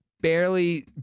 barely